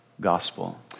gospel